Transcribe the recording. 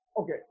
Okay